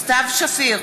סתיו שפיר,